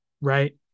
Right